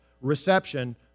reception